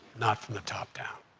not from the top down.